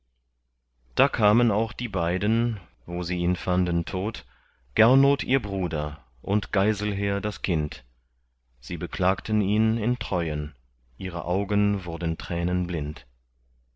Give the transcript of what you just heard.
da kamen auch die beiden wo sie ihn fanden tot gernot ihr bruder und geiselher das kind sie beklagten ihn in treuen ihre augen wurden